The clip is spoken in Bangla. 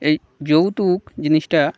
এই যৌতুক জিনিসটা